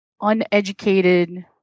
uneducated